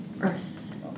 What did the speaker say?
Earth